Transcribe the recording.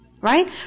Right